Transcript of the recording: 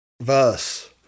verse